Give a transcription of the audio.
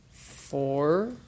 Four